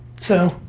so,